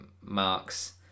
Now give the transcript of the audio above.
Mark's